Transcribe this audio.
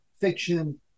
fiction